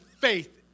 faith